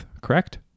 correct